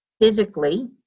physically